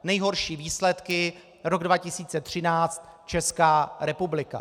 Nejhorší výsledky: rok 2013 Česká republika.